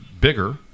bigger